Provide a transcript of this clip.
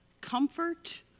comfort